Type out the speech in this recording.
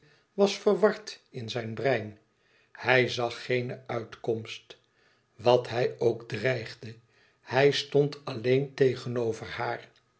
was verward in zijn brein hij zag geene uitkomst wat hij ook dreigde hij stond alleen tegenover haar